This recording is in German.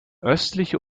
östliche